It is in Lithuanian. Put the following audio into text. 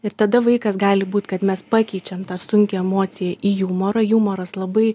ir tada vaikas gali būt kad mes pakeičiam tą sunkią emociją į jumorą jumoras labai